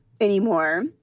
anymore